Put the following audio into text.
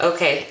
Okay